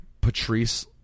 Patrice